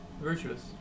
virtuous